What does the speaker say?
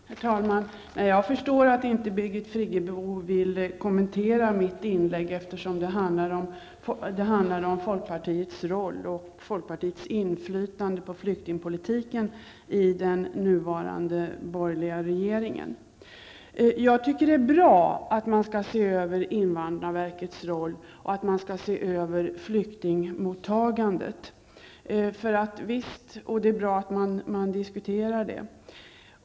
Herr talman! Jag förstår att Birgit Friggebo inte vill kommentera mitt inlägg, eftersom det handlar om folkpartiets roll och folkpartiets inflytande på flyktingpolitiken i den nuvarande borgerliga regeringen. Jag tycker att det är bra att man skall se över invandrarverkets roll och se över flyktingmottagandet, och det är bra att man diskuterar detta.